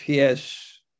PS